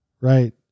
right